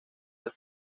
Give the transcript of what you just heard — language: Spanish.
del